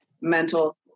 mental